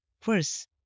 First